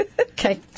Okay